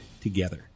together